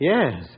Yes